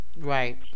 Right